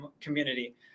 community